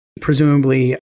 presumably